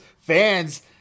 fans